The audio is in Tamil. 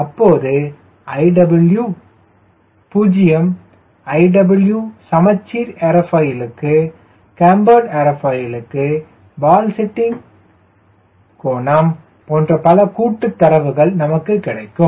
அப்போது iw 0 iw சமச்சீர் ஏரோஃபைலுக்கு கேம்பர்டு ஏரோஃபைலுக்கு வால் செட்டிங் கோணம் போன்ற பல கூட்டு தரவுகள் நமக்கு கிடைக்கும்